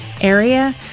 area